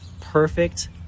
perfect